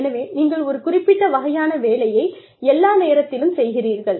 எனவே நீங்கள் ஒரு குறிப்பிட்ட வகையான வேலையை எல்லா நேரத்திலும் செய்கிறீர்கள்